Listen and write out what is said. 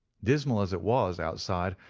dismal as it was outside,